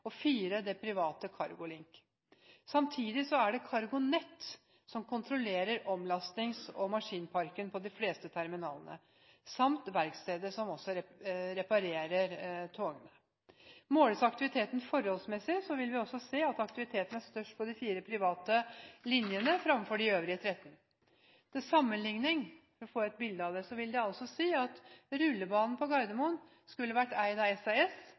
og 4 det private Cargolink. Samtidig er det CargoNet som kontrollerer omlastings- og maskinparken på de fleste terminalene, samt verkstedet som også reparerer togene. Måles aktiviteten forholdsmessig, vil vi også se at aktiviteten er størst på de 4 private linjene fremfor de øvrige 13. Til sammenligning – for å få et bilde av det – vil dette si at rullebanene på Gardermoen skulle vært eid av SAS,